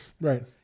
Right